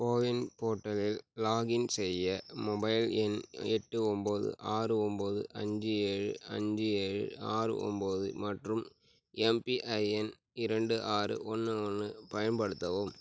CoWIN போர்ட்டலில் login செய்ய mobile எண் எட்டு ஒம்பது ஆறு ஒம்பது அஞ்சு ஏழு அஞ்சு ஏழு ஆறு ஒம்பது மற்றும் எம்பிஐஎன் இரண்டு ஆறு ஒன்று ஒன்று பயன்படுத்தவும்